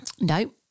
No